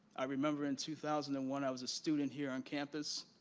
i remember in two thousand and one, i was a student here on campus.